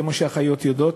כמו שאחיות יודעות,